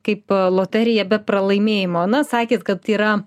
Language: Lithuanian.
kaip loterija be pralaimėjimo na sakėt kad yra